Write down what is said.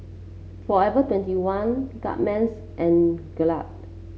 forever twenty one Guardsman and Gelare